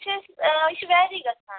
آ یہِ چھُ ویٚری گَژھان